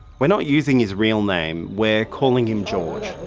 we're not using his real name we're calling him george.